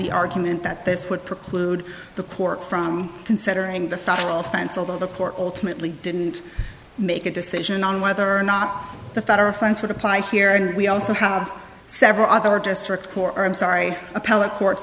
the argument that this would preclude the pork from considering the federal offense although the court ultimately didn't make a decision on whether or not the federal funds would apply here and we also have several other district court or i'm sorry appellate courts